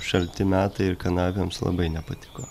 šalti metai ir kanapėms labai nepatiko